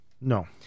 No